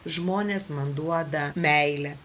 žmonės man duoda meilę